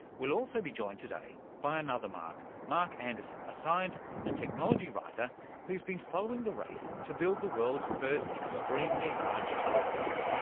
we'll also be joined today by another mark, mark anderson, a science and technology writer who's been following the race to build the world's first extremely large telescope.